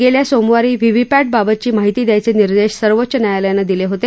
गेल्या सोमवारीच व्हीव्हीपॅटबाबतची माहिती द्यायचे निर्देश सर्वोच्च न्यायालयानं दिले होते